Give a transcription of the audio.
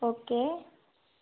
okay